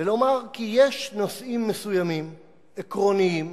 ולומר כי יש נושאים מסוימים, עקרוניים,